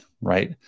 right